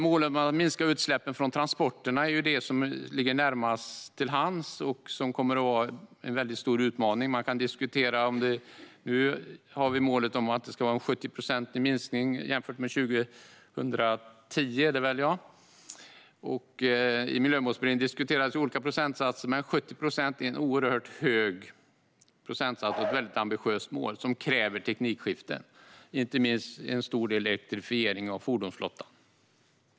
Målen om att minska utsläppen från transporterna är det som ligger närmast till hands och kommer att vara en väldigt stor utmaning. Nu har vi målet om en 70-procentig minskning jämfört med 2010. I Miljömålsberedningen diskuterades olika procentsatser, men 70 procent är en oerhört hög procentsats och ett väldigt ambitiöst mål, som kräver teknikskifte - inte minst en stor elektrifiering av fordonsflottan.